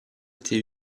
été